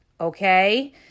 Okay